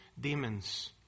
demons